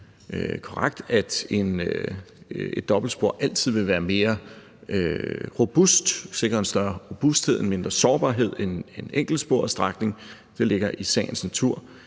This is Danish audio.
at et dobbeltspor altid vil være mere robust, altså sikre en større robusthed og en mindre sårbarhed end en enkeltsporet strækning, det ligger i sagens natur.